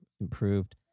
improved